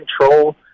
control